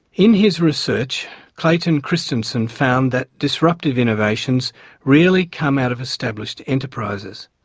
in his research clayton christensen found that disruptive innovations rarely come out of established enterprises.